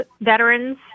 veterans